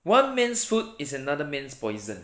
one man's food is another man's poison